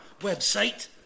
website